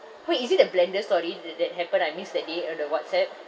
wait is it the blender story th~ that happened I miss that day on the WhatsApp